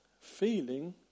feeling